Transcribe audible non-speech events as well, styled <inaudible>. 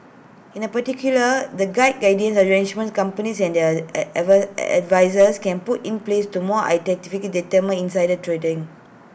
in A particular the guide guiding the arrangements companies and their <hesitation> ever advisers can put in place to more effectively deter insider trading